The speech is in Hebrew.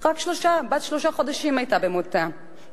רק בת שלושה חודשים היתה במותה,